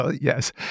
Yes